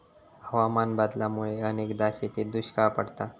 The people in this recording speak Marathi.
हवामान बदलामुळा अनेकदा शेतीत दुष्काळ पडता